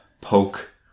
poke